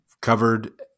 covered